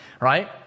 Right